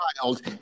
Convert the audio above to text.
child